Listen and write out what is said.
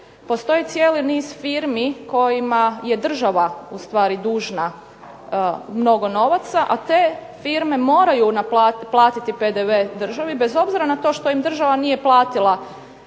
Postoji cijeli niz firmi kojima je država u stvari dužna mnogo novaca, a te firme moraju platiti PDV državi bez obzira na to što im država nije platila,